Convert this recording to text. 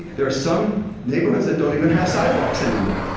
there are some neighborhoods that don't even have sidewalks anymore,